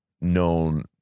known